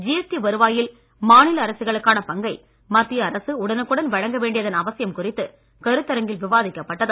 GST வருவாயில் மாநில அரசுகளுக்கான பங்கை மத்திய அரசு உடனுக்குடன் வழங்க வேண்டியதன் அவசியம் குறித்து இக்கருத்தரங்கில் விவாதிக்கப்பட்டது